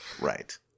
Right